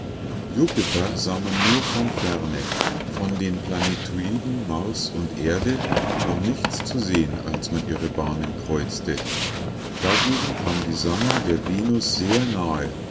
jupiter sah man nur von ferne von den planetoiden mars und der erde war nichts zu sehen als man ihre bahnen kreuzte dagegen kam die sannah der venus sehr nahe